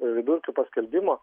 vidurkių paskelbimo